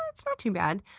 eehhhhhh, it's not too bad.